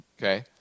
Okay